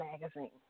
Magazine